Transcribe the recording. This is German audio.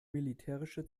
militärische